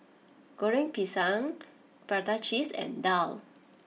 Goreng Pisang Prata Cheese and Daal